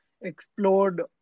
explored